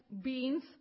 beans